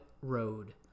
road